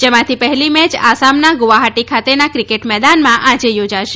જેમાંથી પહેલી મેચ આસામના ગુવહાટી ખાતેના ક્રિકેટ મેદાનમાં આજે યોજાશે